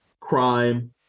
crime